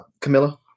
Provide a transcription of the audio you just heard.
Camilla